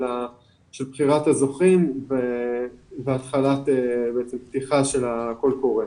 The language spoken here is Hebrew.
בחירת הזוכים ובעצם פתיחה של קול קורא.